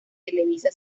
televisa